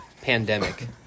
pandemic